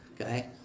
okay